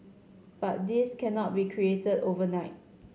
but this cannot be created overnight